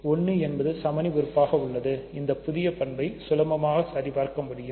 1 என்பது சமணி உறுப்பாக உள்ளதுஇந்த புதிய பணப்பை சுலபமாக சரிபார்க்க முடியும்